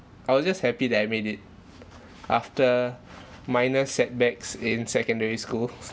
I was just happy that I made it after minor setbacks in secondary schools